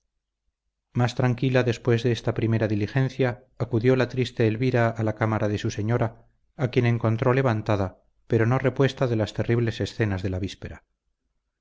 más tranquila después de esta primera diligencia acudió la triste elvira a la cámara de su señora a quien encontró levantada pero no repuesta de las terribles escenas de la víspera